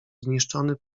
zniszczony